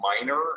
minor